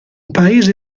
paese